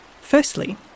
Firstly